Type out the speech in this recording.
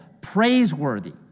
praiseworthy